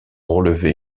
relevait